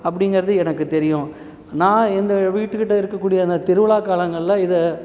அப்படிங்கிறது எனக்கு தெரியும் நான் எந்த வீட்டுக்கிட்ட இருக்கக்கூடிய அந்த திருவிழா காலங்களில் இதை